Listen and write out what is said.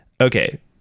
okay